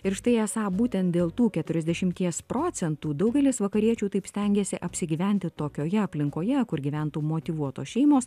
ir štai esą būtent dėl tų keturiasdešimties procentų daugelis vakariečių taip stengiasi apsigyventi tokioje aplinkoje kur gyventų motyvuotos šeimos